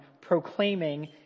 proclaiming